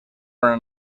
una